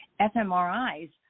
fMRIs